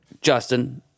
Justin